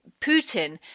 Putin